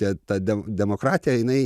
te ta dem demokratija jinai